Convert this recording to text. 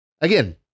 again